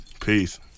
Peace